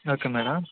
okay madam